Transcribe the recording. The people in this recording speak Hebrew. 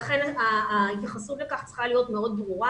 לכן ההתייחסות לכך צריכה להיות מאוד ברורה,